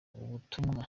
ubutumwa